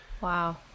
Wow